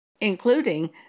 including